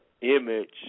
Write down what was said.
image